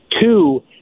Two